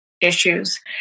issues